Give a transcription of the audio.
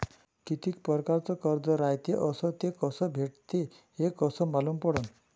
कितीक परकारचं कर्ज रायते अस ते कस भेटते, हे कस मालूम पडनं?